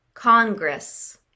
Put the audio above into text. Congress